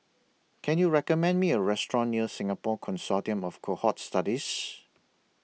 Can YOU recommend Me A Restaurant near Singapore Consortium of Cohort Studies